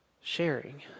sharing